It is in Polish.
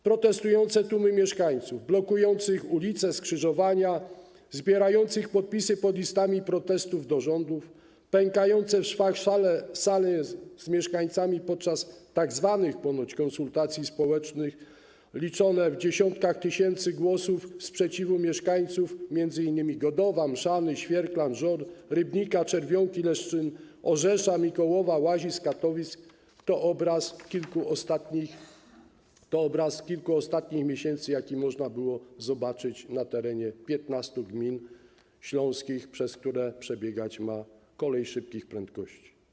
Protestujące tłumy mieszkańców blokujących ulice, skrzyżowania, zbierających podpisy pod listami protestów do rządów, pękające w szwach sale z mieszkańcami podczas tzw. ponoć konsultacji społecznych, liczone w dziesiątkach tysięcy głosy sprzeciwu mieszkańców m.in. Godowa, Mszany, Świerklan, Żor, Rybnika, Czerwionki-Leszczyn, Orzesza, Mikołowa, Łazisk, Katowic - to obraz kilku ostatnich miesięcy, jaki można było zobaczyć na terenie 15 gmin śląskich, przez które przebiegać ma kolej szybkich prędkości.